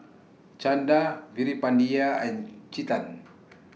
Chanda Veerapandiya and Chetan